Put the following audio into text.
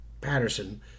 Patterson